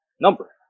number